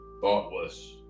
thoughtless